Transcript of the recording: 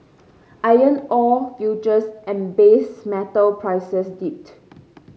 iron ore futures and base metal prices dipped